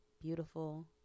beautiful